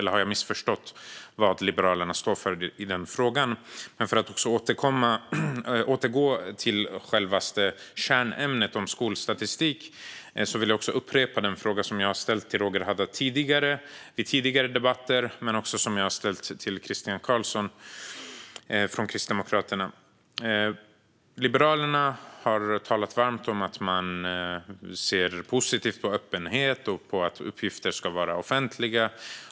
Har jag missförstått vad Liberalerna står för i den frågan? Låt mig återgå till kärnämnet, det vill säga skolstatistik. Jag vill upprepa den fråga som jag i tidigare debatter har ställt till Roger Haddad och Christian Carlsson från Kristdemokraterna. Liberalerna har talat varmt om att man ser positivt på öppenhet och på att uppgifter ska vara offentliga.